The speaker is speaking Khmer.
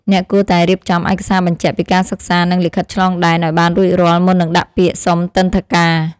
អ្នកគួរតែរៀបចំឯកសារបញ្ជាក់ពីការសិក្សានិងលិខិតឆ្លងដែនឱ្យបានរួចរាល់មុននឹងដាក់ពាក្យសុំទិដ្ឋាការ។